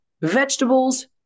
vegetables